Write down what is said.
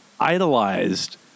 Idolized